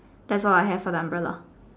that's all I have for the umbrella